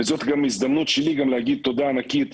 וזאת גם הזדמנות שלי גם להגיד תודה ענקית